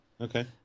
Okay